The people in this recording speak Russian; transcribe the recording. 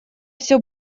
все